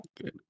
Good